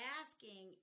asking